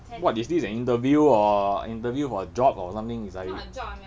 what is this an interview or interview for a job or something it's like